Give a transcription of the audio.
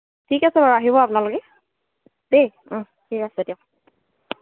ঠিক আছে বাৰু আহিব আপোনালোকে দেই ঠিক আছে দিয়ক